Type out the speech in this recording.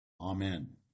Amen